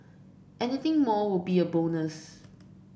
anything more will be a bonus